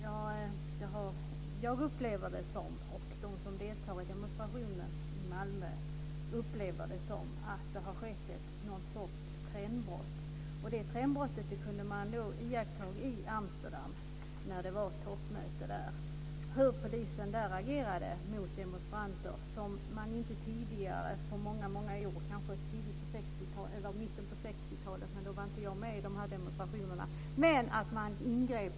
Fru talman! Jag och de som deltog i demonstrationen i Malmö upplever att det har skett någon sorts trendbrott. Detta trendbrott kunde man iaktta vid toppmötet i Amsterdam. Polisen där agerade mot demonstranter på ett sätt som man inte har sett på många, många år, kanske inte sedan mitten på 60 talet, men det var demonstrationer som inte jag deltog i.